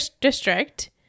district